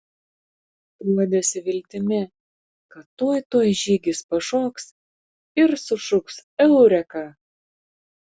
guodėsi viltimi kad tuoj tuoj žygis pašoks ir sušuks eureka